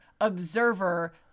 observer